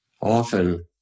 Often